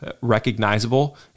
recognizable